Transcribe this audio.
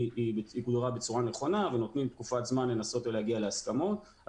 הוגדרה בצורה נכונה ונותנים תקופת זמן לנסות ולהגיע להסכמות.